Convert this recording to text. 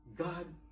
God